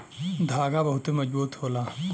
धागा बहुते मजबूत होला